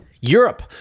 Europe